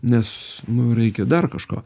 nes mum reikia dar kažko